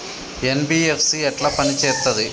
NBFC ఎట్ల పని చేత్తది?